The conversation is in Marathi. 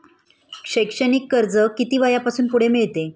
शैक्षणिक कर्ज किती वयापासून पुढे मिळते?